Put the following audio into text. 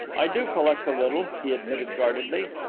i do collect a little, he admitted guardedly.